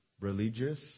religious